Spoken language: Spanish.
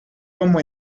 como